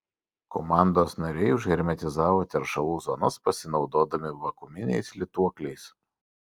komandos nariai užhermetizavo teršalų zonas pasinaudodami vakuuminiais lituokliais